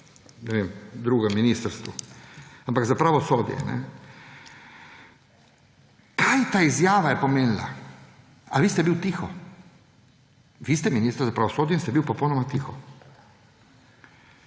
nekem drugem ministrstvu, ampak za pravosodje – kaj je ta izjava pomenila, a vi ste bil tiho? Vi ste minister za pravosodje in ste bili popolnoma tiho.